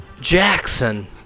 Jackson